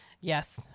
yes